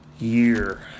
year